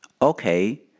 Okay